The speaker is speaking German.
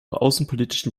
außenpolitischen